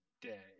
day